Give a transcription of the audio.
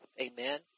Amen